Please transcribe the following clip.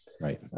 right